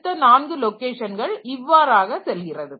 அடுத்த 4 லொகேஷன்கள் இவ்வாறாக செல்கிறது